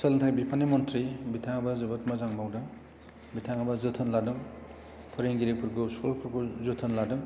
सोलोंथाय बिफाननि मन्थ्रि बिथाङाबो जोबोद मोजां मावदों बिथाङाबो जोथोन लादों फोरोंगिरिफोरखौ स्कुलफोरखौ जोथोन लादों